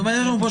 לא, היא